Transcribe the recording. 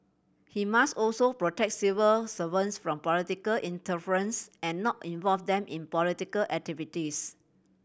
he must also protect civil servants from political interference and not involve them in political activities